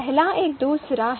पहला एक दूसरा है